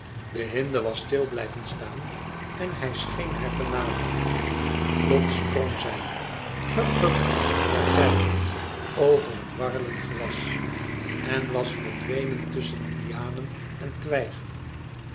de hinde was stil blijven staan en hij scheen haar te naderen plots sprong zij hùp hùp ter zijde over het warrelend gewas en was verdwenen tusschen lianen en twijgen